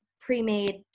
pre-made